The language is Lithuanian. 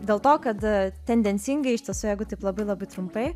dėl to kad tendencingai iš tiesų jeigu taip labai labai trumpai